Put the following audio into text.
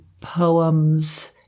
poems